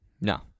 No